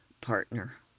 partner